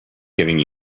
giving